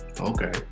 okay